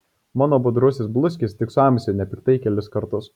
mano budrusis bluskis tik suamsi nepiktai kelis kartus